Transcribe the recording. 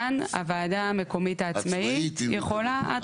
כאן הוועדה המקומית העצמאית יכולה עד